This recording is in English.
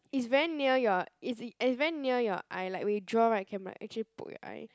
it's very near your it's it's very near your eye like when you draw [right] can like actually poke your eye